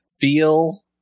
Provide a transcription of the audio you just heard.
feel